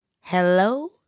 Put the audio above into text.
Hello